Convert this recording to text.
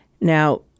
Now